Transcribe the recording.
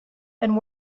and